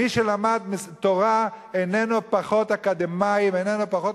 מי שלמד תורה איננו פחות אקדמאי ואיננו פחות